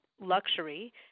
luxury